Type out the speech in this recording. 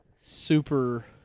super